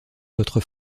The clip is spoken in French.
votre